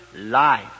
life